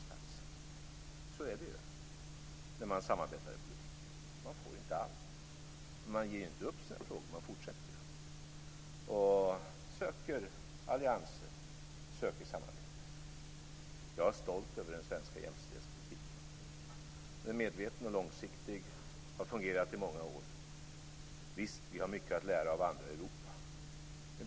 Så är det när man samarbetar i politiken. Man får inte allt. Men man ger inte upp sina frågor utan fortsätter att söka allianser och samarbete. Jag är stolt över den svenska jämställdhetspolitiken. Den är medveten och långsiktig och har fungerat i många år. Visst har vi mycket att lära av andra i Europa.